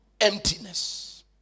emptiness